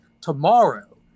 tomorrow